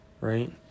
right